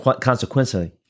consequently